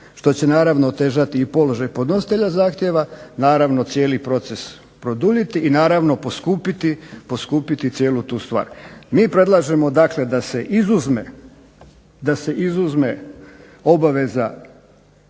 što će naravno otežati i položaj podnositelja zahtjeva naravno cijeli proces produljiti i naravno poskupiti cijelu tu stvar. Mi predlažemo dakle da se izuzme, da